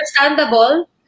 Understandable